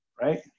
Right